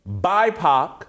BIPOC